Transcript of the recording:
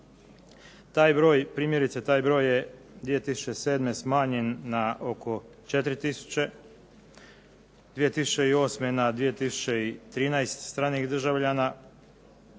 gotovo 25 tisuća, taj broj je 2007. smanjen na oko 4 tisuće. 2008. na 2013 stranih državljana,